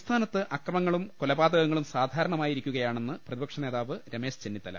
സംസ്ഥാനത്ത് അക്രമങ്ങളും കൊലപാതകങ്ങളും സാധാര ണമായിരിക്കുകയാണെന്ന് പ്രതിപക്ഷ നേതാവ് രമേശ് ചെന്നി ത്തല